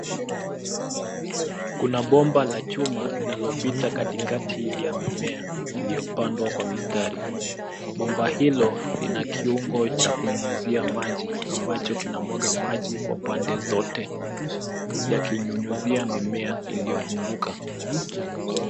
Kuna bomba la chuma inalopita katikati ya mimea iliyopandwa kwa mistari. Bomba hilo lina kiungo cha kunyunyuzia maji ambacho kinamwaga maji kwa pande zote, yakinyunyuzia mimea iliyozunguka.